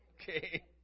Okay